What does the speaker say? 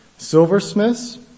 Silversmiths